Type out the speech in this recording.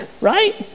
right